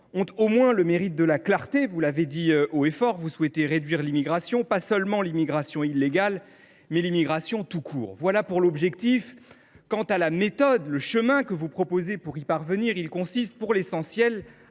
ont au moins le mérite de la clarté. Vous l’avez dit haut et fort : vous souhaitez réduire l’immigration – pas seulement l’immigration illégale, mais l’immigration tout court. Bravo ! Voilà pour l’objectif. Quant au chemin que vous proposez pour y parvenir, il consiste pour l’essentiel à dégrader